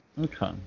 Okay